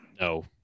No